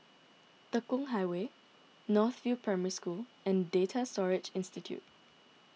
Tekong Highway North View Primary School and Data Storage Institute